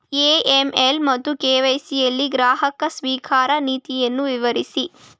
AML ಮತ್ತು KYC ಯಲ್ಲಿ ಗ್ರಾಹಕ ಸ್ವೀಕಾರ ನೀತಿಯನ್ನು ವಿವರಿಸಿ?